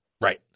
Right